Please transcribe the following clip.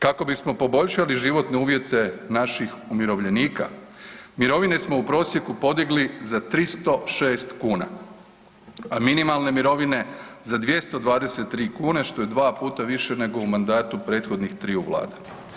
Kako bismo poboljšali životne uvjete naših umirovljenika, mirovine smo u prosjeku podigli za 306 kuna, a minimalne mirovine za 223 kune što je 2 puta više nego u mandatu prethodnih triju vlada.